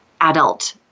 adult